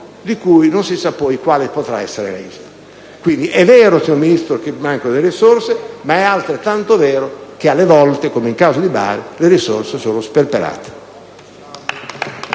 di cui non si sa quale potrà essere l'esito. Quindi, signor Ministro, è vero che mancano le risorse, ma è altrettanto vero che, a volte, come nel caso di Bari, le risorse sono sperperate.